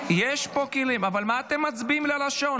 למה בלי שעון?